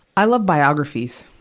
i love biographies.